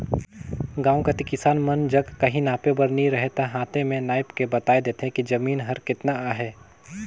गाँव कती किसान मन जग काहीं नापे बर नी रहें ता हांथे में नाएप के बताए देथे कि जमीन हर केतना अहे